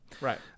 Right